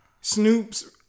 Snoop's